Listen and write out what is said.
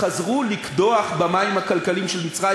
חזרו לקדוח במים הכלכליים של מצרים,